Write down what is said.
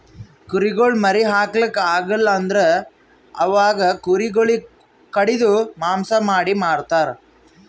ಕುರಿಗೊಳ್ ಮರಿ ಹಾಕ್ಲಾಕ್ ಆಗಲ್ ಅಂದುರ್ ಅವಾಗ ಕುರಿ ಗೊಳಿಗ್ ಕಡಿದು ಮಾಂಸ ಮಾಡಿ ಮಾರ್ತರ್